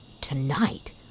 Tonight